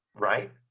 right